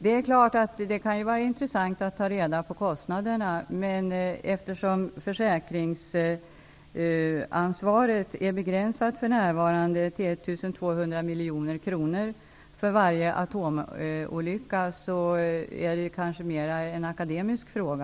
Det är klart att det kan vara intressant att ta reda på kostnaderna, men eftersom försäkringsansvaret för närvarande är begränsat till 1 200 miljoner kronor för varje atomolycka är det kanske mer en akademisk fråga.